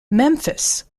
memphis